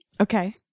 okay